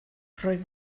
roedd